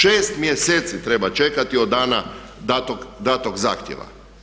6 mjeseci treba čekati od dana datog zahtjeva.